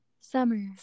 summer